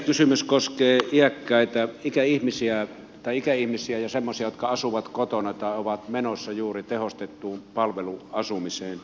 kysymys koskee iäkkäitä ikäihmisiä tai ikäihmisiä ja semmoisia jotka asuvat kotona tai ovat menossa juuri tehostettuun palveluasumiseen